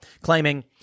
claiming